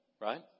right